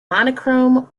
monochrome